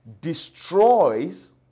destroys